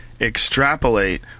extrapolate